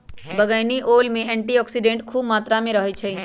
बइगनी ओल में एंटीऑक्सीडेंट्स ख़ुब मत्रा में रहै छइ